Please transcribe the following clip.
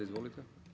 Izvolite.